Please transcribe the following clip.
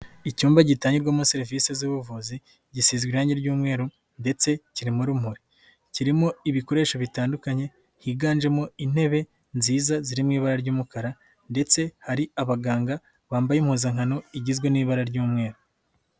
Icyumba gitangirwamo serivisi z'ubuvuzi gisize irangi ry'umweru ndetse kirimo urumuri, kirimo ibikoresho bitandukanye higanjemo intebe nziza ziri mu ibara ry'umukara ndetse hari abaganga bambaye impuzankano igizwe n'ibara ry'umweru.